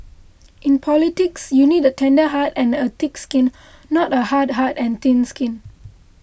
in politics you need a tender heart and a thick skin not a hard heart and thin skin